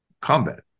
combat